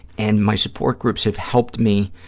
and my support groups have helped me